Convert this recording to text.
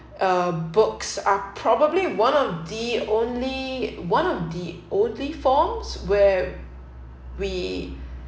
uh books are probably one of the only one of the only forms where we